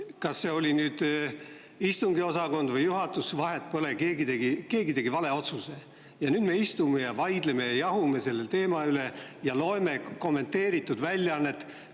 Kas see oli nüüd istungiosakond või juhatus, vahet pole – keegi tegi vale otsuse. Ja nüüd me istume ja vaidleme ja jahume selle teema üle ja loeme kommenteeritud väljaannet.